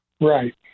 right